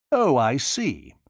oh, i see.